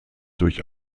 durch